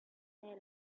their